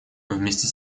вместе